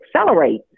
accelerate